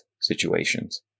situations